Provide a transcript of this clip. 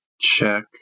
check